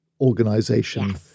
organization